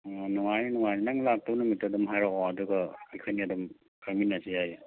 ꯑꯣ ꯅꯨꯡꯉꯥꯏꯅꯤ ꯅꯨꯡꯉꯥꯏꯅꯤ ꯅꯪ ꯂꯥꯛꯇꯧ ꯅꯨꯃꯤꯠꯇꯣ ꯑꯗꯨꯝ ꯍꯥꯏꯔꯛꯑꯣ ꯑꯗꯨꯒ ꯑꯩꯈꯣꯏꯅꯤ ꯑꯗꯨꯝ ꯆꯪꯃꯤꯟꯅꯁꯤ ꯌꯥꯏꯌꯦ